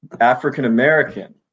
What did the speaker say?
African-American